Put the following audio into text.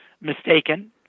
mistaken